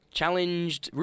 challenged